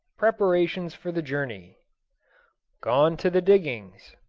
preparations for the journey gone to the diggings.